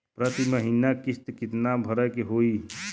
प्रति महीना किस्त कितना भरे के होई?